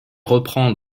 reprend